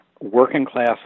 working-class